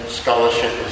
scholarship